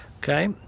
okay